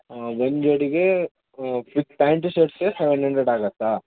ಒಂದ್ ಜೋಡಿಗೆ with pant shirt ಸೇರಿ ಸೆವೆನ್ ಹಂಡ್ರೆಡ್ ಆಗತ್ತಾ